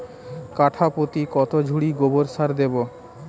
কাঠাপ্রতি কত ঝুড়ি গোবর সার দেবো?